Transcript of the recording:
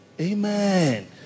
amen